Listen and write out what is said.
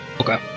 Okay